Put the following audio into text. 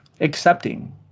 accepting